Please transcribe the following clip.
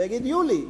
ויגיד לי: יולי,